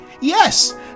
yes